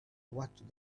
watched